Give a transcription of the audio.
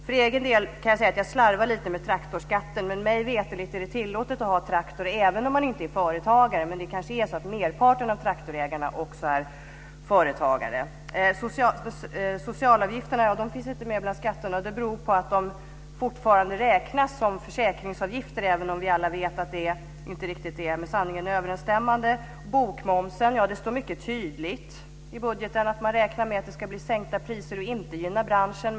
För egen del kan jag säga att jag slarvade lite med traktorskatten. Mig veterligt är det tillåtet att ha traktor även om man inte är företagare, men merparten av traktorägarna kanske också är företagare. Socialavgifterna finns inte med bland skatterna, och det beror på att de fortfarande räknas som försäkringsavgifter, även om vi alla vet att det inte riktigt är med sanningen överensstämmande. I fråga om bokmomsen står det mycket tydligt i budgeten att man räknar med att det ska bli sänkta priser och inte gynna branschen.